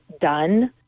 done